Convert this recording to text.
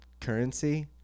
currency